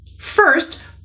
First